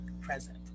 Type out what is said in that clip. present